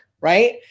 Right